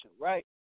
right